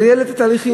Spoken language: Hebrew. הוא לייעל את התהליכים.